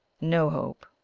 no hope,